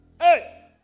Hey